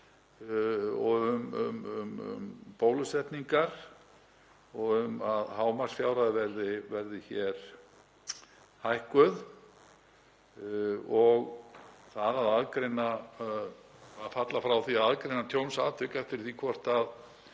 og um bólusetningar og um að hámarksfjárhæð verði hér hækkuð og það að falla frá því að aðgreina tjónsatvik eftir því hvort